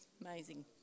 amazing